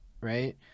right